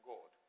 God